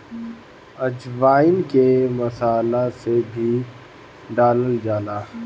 अजवाईन के मसाला में भी डालल जाला